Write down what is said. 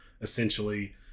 essentially